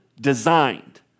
designed